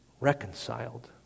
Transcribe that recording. reconciled